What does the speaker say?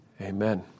Amen